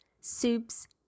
soups